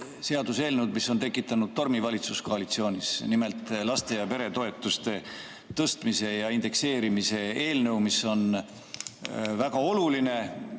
seaduseelnõu, mis on tekitanud tormi valitsuskoalitsioonis, nimelt laste‑ ja peretoetuste tõstmise ja indekseerimise eelnõu, mis on väga oluline,